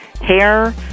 hair